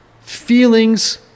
Feelings